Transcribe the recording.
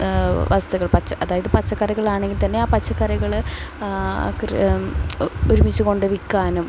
വസ്തുക്കൾ പച്ച അതായത് പച്ചക്കറികളാണെങ്കിൽത്തന്നെ ആ പച്ചക്കറികൾ ഒരുമിച്ച് കൊണ്ടുവിൽക്കാനും